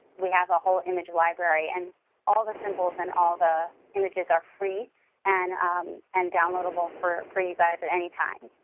we have a whole image library, and all the symbols and all the images are free and and downloadable for for you guys at any time.